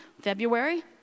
February